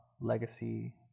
legacy